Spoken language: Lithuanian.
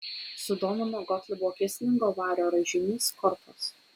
sudomino gotlibo kislingo vario raižinys kortos